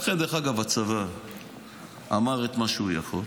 לכן, דרך אגב, הצבא אמר את מה שהוא יכול.